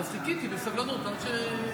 אז חיכיתי בסבלנות עד שיקרא לי.